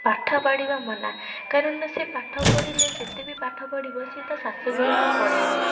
ପାଠ ପଢ଼ିବା ମନା କାରଣ ସିଏ ପାଠ ପଢ଼ିଲେ ଯେତେ ବି ପାଠ ପଢ଼ିବ ସିଏ ତା' ଶାଶୁଘରକୁ ପଳେଇବ